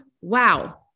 wow